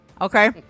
Okay